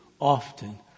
often